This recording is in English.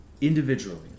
individually